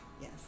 Yes